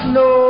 no